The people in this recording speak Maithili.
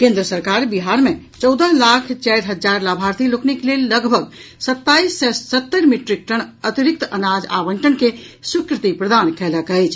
केन्द्र सरकार बिहार मे चौदह लाख चारि हजार लाभार्थी लोकनिक लेल लगभग सताईस सय सत्तरि मिट्रिक टन अतिरिक्त अनाज आवंटन के स्वीकृति प्रदान कयलक अछि